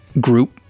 group